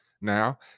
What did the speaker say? Now